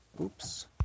Oops